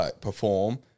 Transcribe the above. perform